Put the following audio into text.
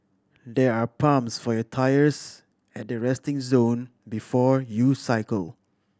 there are pumps for your tyres at the resting zone before you cycle